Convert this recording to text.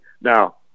Now